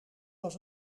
was